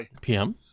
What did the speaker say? PM